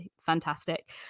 fantastic